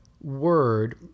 word